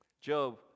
Job